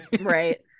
right